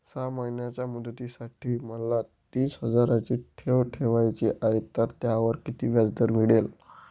सहा महिन्यांच्या मुदतीसाठी मला तीस हजाराची ठेव ठेवायची आहे, तर त्यावर किती व्याजदर मिळेल?